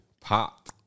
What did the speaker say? Pop